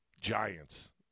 giants